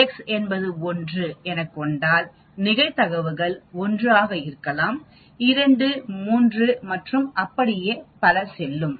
x 1 எனக் கொண்டால் நிகழ்வுகள் 1 ஆக இருக்கலாம் 2 3 மற்றும் அப்படியே பல செல்லும்